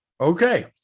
Okay